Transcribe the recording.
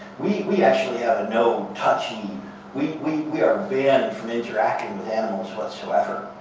we we actually have a no-touching we we are banned from interacting with animals whatsoever.